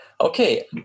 Okay